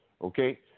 Okay